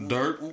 Dirt